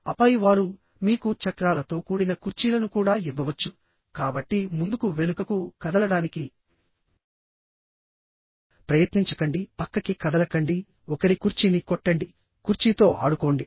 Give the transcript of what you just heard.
ఆపై వారు మీకు చక్రాలతో కూడిన కుర్చీలను కూడా ఇవ్వవచ్చు కాబట్టి ముందుకు వెనుకకు కదలడానికి ప్రయత్నించకండి పక్కకి కదలకండి ఒకరి కుర్చీని కొట్టండి కుర్చీతో ఆడుకోండి